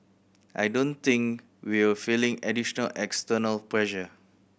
I don't think we're feeling additional external pressure